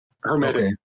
Hermetic